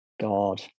God